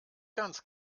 ganz